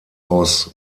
aus